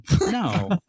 No